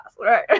right